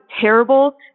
terrible